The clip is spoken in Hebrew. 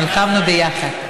נלחמנו ביחד.